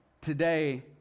today